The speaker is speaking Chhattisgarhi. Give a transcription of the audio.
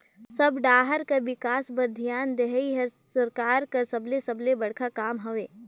सब डाहर कर बिकास बर धियान देहई हर सरकार कर सबले सबले बड़खा काम हवे